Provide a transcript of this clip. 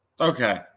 okay